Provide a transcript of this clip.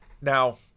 Now